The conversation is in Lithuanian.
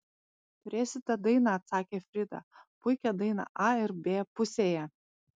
turėsite dainą atsakė frida puikią dainą a ar b pusėje